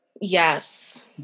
Yes